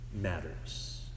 matters